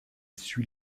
suit